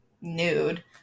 nude